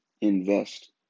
invest